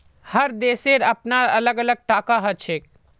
हर देशेर अपनार अलग टाका हछेक